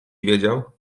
wiedział